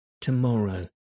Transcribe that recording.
tomorrow